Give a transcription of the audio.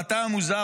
ואתה המוזר,